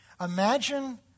Imagine